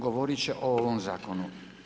Govorit će o ovom zakonu.